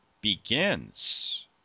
begins